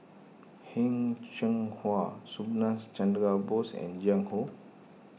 Heng Cheng Hwa Subhas Chandra Bose and Jiang Hu